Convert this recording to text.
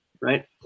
right